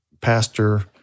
pastor